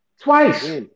Twice